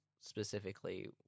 specifically